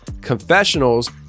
confessionals